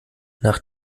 nach